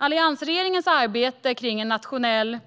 Alliansregeringens arbete kring en nationell